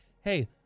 hey